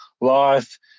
life